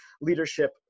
leadership